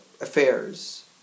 affairs